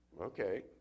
okay